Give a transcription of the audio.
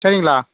சரிங்களா